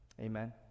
Amen